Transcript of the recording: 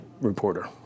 reporter